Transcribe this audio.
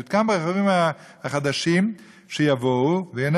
יותקן ברכבים החדשים שיבואו וייהנה